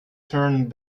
turn